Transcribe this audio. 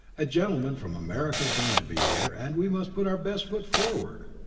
a gentleman from america is going to be here and we must put our best foot forward.